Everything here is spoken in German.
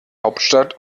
hauptstadt